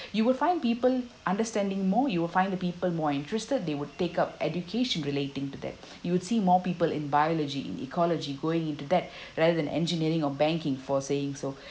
you will find people understanding more you will find the people more interested they would take up education relating to that you would see more people in biology in ecology going into that rather than engineering or banking for saying so